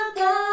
go